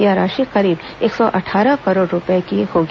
यह राशि करीब एक सौ अट्ठारह करोड़ रूपए की होगी